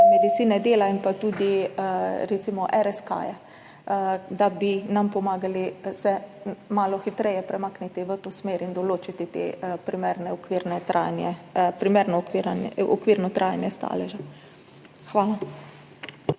medicine dela in pa tudi recimo RSK-je, da bi nam pomagali, da se malo hitreje premaknemo v to smer in določimo primerno okvirno trajanje staleža. Hvala.